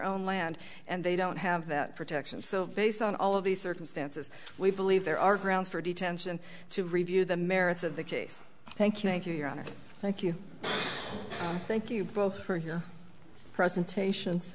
own land and they don't have that protection so based on all of these circumstances we believe there are grounds for detention to review the merits of the case thank you thank you your honor thank you thank you both for your presentations